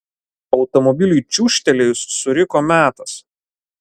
automobiliui čiūžtelėjus suriko metas